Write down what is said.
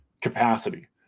capacity